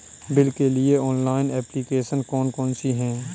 Bill के लिए online application कौन कौन सी हैं?